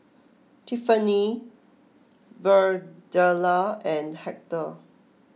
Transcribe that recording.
Tiffani Birdella and Hector